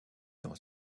dans